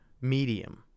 medium